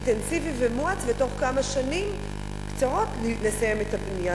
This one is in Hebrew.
אינטנסיבי ומואץ, ותוך כמה שנים לסיים את הבנייה.